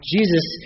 Jesus